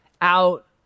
out